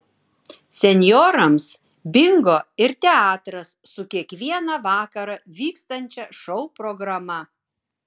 senjorams bingo ir teatras su kiekvieną vakarą vykstančia šou programa